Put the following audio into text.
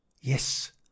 yes